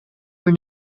were